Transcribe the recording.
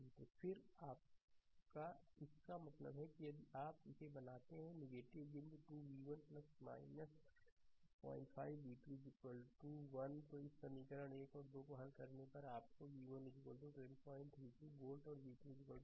तो फिर आप इसका मतलब है यदि आप इसे बनाते हैं बिंदु 2 v1 05 v2 1 तो समीकरण 1 और 2 को हल करने पर आपको v1 1032 वोल्ट और v2 613 वोल्ट मिलेगा